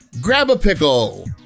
grab-a-pickle